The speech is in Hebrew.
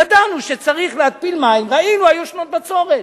ידענו שצריך להתפיל מים, ראינו, והיו שנות בצורת.